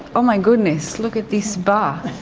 oh my goodness, look at this bath!